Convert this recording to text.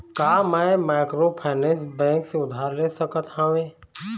का मैं microfinance bank से उधार ले सकत हावे?